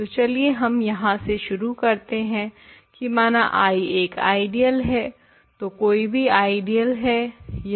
तो चलिए हम यहाँ से शुरू करते हैं की माना I एक आइडियल है तो कोई भी आइडियल है यह